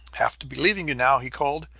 have to be leaving you now, he called.